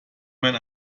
mein